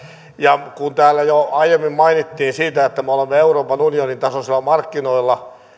kun täällä jo aiemmin mainittiin siitä että me olemme euroopan unionin tasoisilla markkinoilla